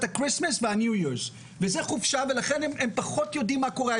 הקריסמס והשנה החדשה וזו חופשה ולכן הם פחות יודעים מה קורה.